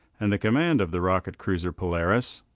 and the command of the rocket cruiser polaris,